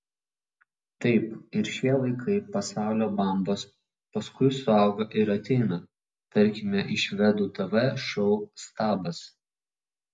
taip ir šie vaikai pasaulio bambos paskui suauga ir ateina tarkime į švedų tv šou stabas